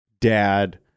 dad